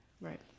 Right